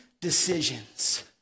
decisions